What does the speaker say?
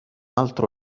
altro